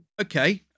Okay